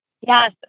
Yes